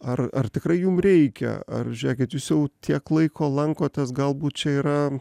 ar ar tikrai jum reikia ar žėkit jūs jau tiek laiko lankotės galbūt čia yra